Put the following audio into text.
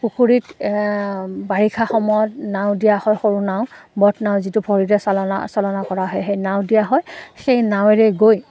পুখুৰীত বাৰিষা সময়ত নাও দিয়া হয় সৰু নাও বট নাও যিটো ভৰিৰে চালনা চালনা কৰা হয় সেই নাও দিয়া হয় সেই নাৱেৰে গৈ